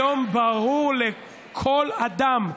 היום ברור לכל אדם,